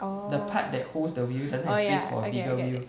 orh oh ya okay okay